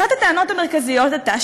אחת הטענות המרכזיות הייתה,